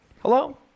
Hello